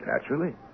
Naturally